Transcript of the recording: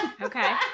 Okay